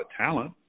talent